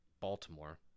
Baltimore